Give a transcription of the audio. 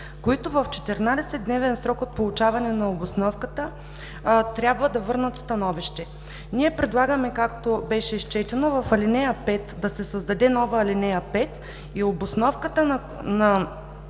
които в 14-дневен срок от получаване на обосновката трябва да върнат становище. Ние предлагаме, както беше изчетено – да се създаде нова ал. 5, и обосновката на